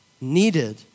needed